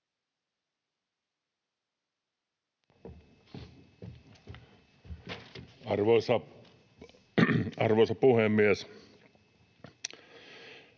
Arvoisa puhemies!